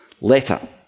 letter